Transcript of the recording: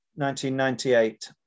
1998